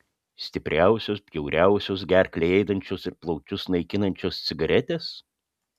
stipriausios bjauriausios gerklę ėdančios ir plaučius naikinančios cigaretės